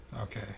Okay